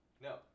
No